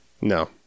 No